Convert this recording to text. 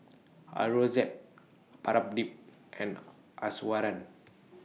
Aurangzeb Pradip and Iswaran